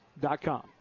Dot-com